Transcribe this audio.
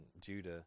Judah